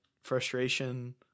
frustration